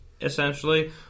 essentially